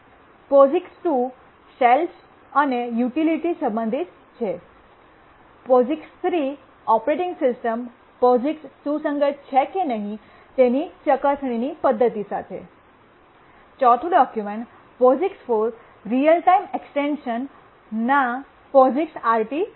POSIX 2 shells અને utilities સંબંધિત છે પોસિક્સ 3 ઓપરેટિંગ સિસ્ટમ પોસિક્સ સુસંગત છે કે નહીં તેની ચકાસણીની પદ્ધતિ સાથે ચોથું document POSIX 4 real time extension POSIX RT સાથે